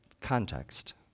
context